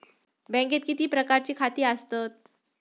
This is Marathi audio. बँकेत किती प्रकारची खाती आसतात?